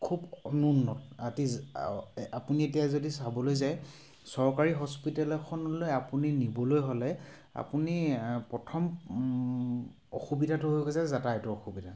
খুব অনুন্নত আতি আপুনি এতিয়া যদি চাবলৈ যায় চৰকাৰী হস্পিটেল এখনলৈ আপুনি নিবলৈ হ'লে আপুনি প্ৰথম অসুবিধাটো হৈ গৈছে যাতায়াতৰ অসুবিধা